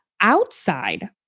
outside